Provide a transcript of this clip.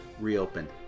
reopened